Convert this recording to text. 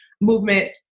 movement